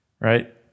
right